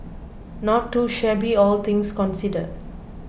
not too shabby all things considered